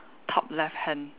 top left hand